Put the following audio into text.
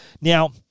Now